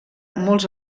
molts